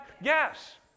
Yes